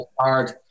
hard